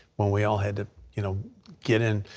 when we all had to you know get in